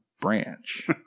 branch